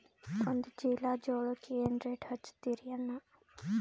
ಒಂದ ಚೀಲಾ ಜೋಳಕ್ಕ ಏನ ರೇಟ್ ಹಚ್ಚತೀರಿ ಅಣ್ಣಾ?